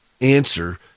answer